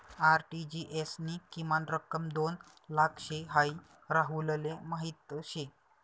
RTGS नी किमान रक्कम दोन लाख शे हाई राहुलले माहीत शे